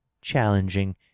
challenging